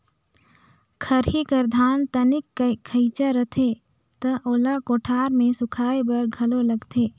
खरही कर धान तनिक कइंचा रथे त ओला कोठार मे सुखाए बर घलो लगथे